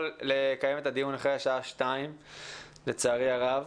לקיים את הדיון אחרי השעה 14:00. לצערי הרב.